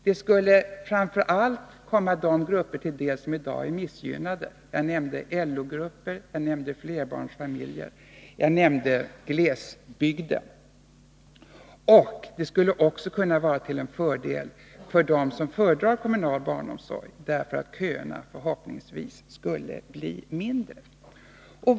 Det skulle komma framför allt de grupper till del som i dag är missgynnade — jag nämnde LO-grupper, jag nämnde flerbarnsfamiljer och jag nämnde familjer i glesbygd. Det skulle också kunna vara till fördel för dem som föredrar kommunal barnomsorg, därför att köerna till den förhoppningsvis skulle bli kortare.